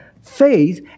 faith